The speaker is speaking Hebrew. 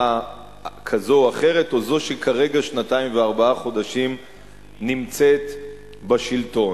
כזאת או אחרת או זאת שכרגע שנתיים וארבעה חודשים נמצאת בשלטון.